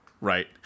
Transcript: Right